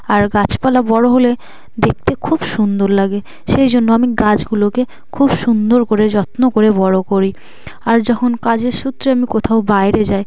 আর গাছপালা বড় হলে দেখতে খুব সুন্দর লাগে সেই জন্য আমি গাছগুলোকে খুব সুন্দর করে যত্ন করে বড় করি আর যখন কাজের সূত্রে আমি কোথাও বাইরে যাই